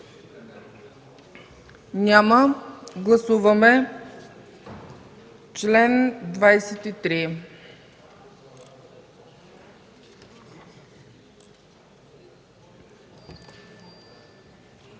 Няма. Гласуваме чл. 23.